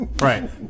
Right